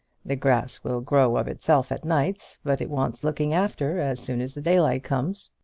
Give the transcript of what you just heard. the grass will grow of itself at nights, but it wants looking after as soon as the daylight comes.